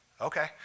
Okay